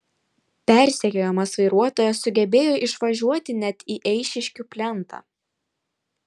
persekiojamas vairuotojas sugebėjo išvažiuoti net į eišiškių plentą